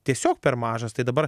tiesiog per mažas tai dabar